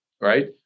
right